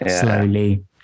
slowly